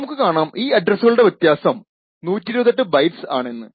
നമുക്ക് കാണാം ഈ അഡ്രസുകളുടെ വ്യത്യാസം 128 ബൈറ്റ്സ് ആണെന്ന്